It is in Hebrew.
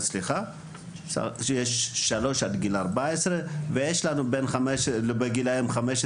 2022 יש בגילאי 3 עד גיל 14 ויש לנו בגילאים 15